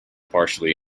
partially